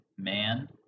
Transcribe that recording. man